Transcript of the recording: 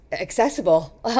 accessible